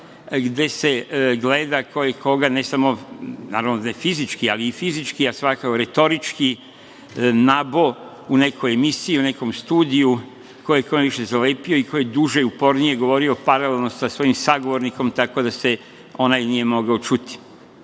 gde se gleda ko je koga, naravno, ne samo fizički ali i fizički, a svakako retorički, nabo u nekoj emisiji, u nekom studiju, ko je kome više zalepio i ko je duže, upornije govorio, paralelno sa svojim sagovornikom tako da se onaj nije mogao čuti.